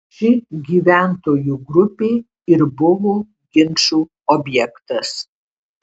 ši gyventojų grupė ir buvo ginčų objektas